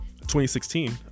2016